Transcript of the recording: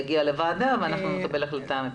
זה יגיע לוועדה ואנחנו נקבל החלטה.